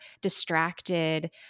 distracted